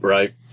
Right